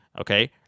Okay